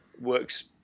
works